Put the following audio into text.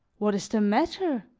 what is the matter?